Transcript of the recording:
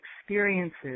experiences